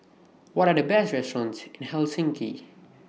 What Are The Best restaurants in Helsinki